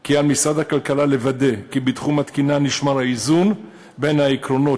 כי על משרד הכלכלה לוודא כי בתחום התקינה נשמר האיזון בין העקרונות